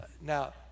Now